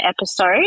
episode